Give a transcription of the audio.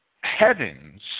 heavens